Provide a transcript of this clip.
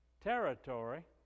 territory